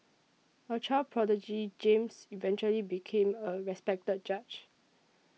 a child prodigy James eventually became a respected judge